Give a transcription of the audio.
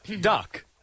Duck